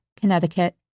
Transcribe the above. Connecticut